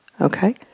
Okay